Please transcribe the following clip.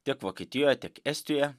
tiek vokietijoje tiek estijoje